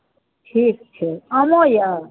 ठीक छै आदो अइ